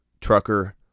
Trucker